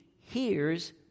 hears